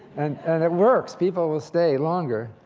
and and it works. people will stay longer.